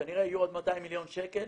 כנראה יהיו עוד 200 מיליון שקל